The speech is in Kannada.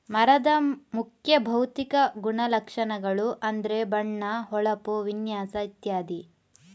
ಮರದ ಮುಖ್ಯ ಭೌತಿಕ ಗುಣಲಕ್ಷಣಗಳು ಅಂದ್ರೆ ಬಣ್ಣ, ಹೊಳಪು, ವಿನ್ಯಾಸ ಇತ್ಯಾದಿ